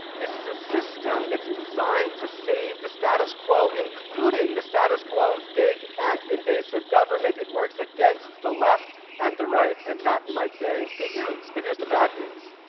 this is a system that's designed to save the status quo, including the status quo of big and invasive government. it works against the left and the right, and that, you might say, is good news. but here's the bad news.